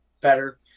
better